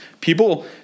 People